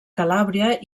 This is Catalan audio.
calàbria